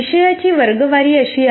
विषयांची वर्गवारी अशी आहे